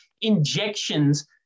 injections